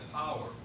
power